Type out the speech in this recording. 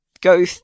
go